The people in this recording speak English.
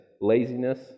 laziness